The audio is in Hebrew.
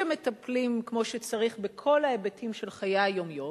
שמטפלים כמו שצריך בכל ההיבטים של חיי היום-יום,